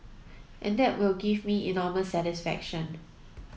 and that will give me enormous satisfaction